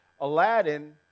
Aladdin